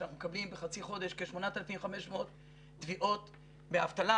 שאנחנו מקבלים בחצי חודש כ-8,500 תביעות באבטלה,